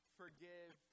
forgive